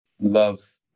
love